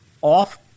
off